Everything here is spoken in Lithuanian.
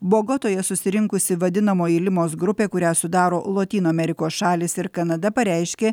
bogotoje susirinkusi vadinamoji limos grupė kurią sudaro lotynų amerikos šalys ir kanada pareiškė